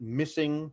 missing